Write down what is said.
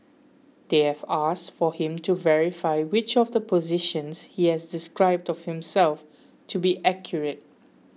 they have asked for him to verify which of the positions he has described of himself to be accurate